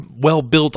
well-built